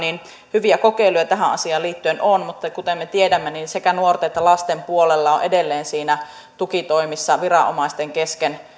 hyviä kokeiluja tähän asiaan liittyen on mutta kuten me tiedämme sekä nuorten että lasten puolella on edelleen tukitoimissa ja auttamistyössä viranomaisten kesken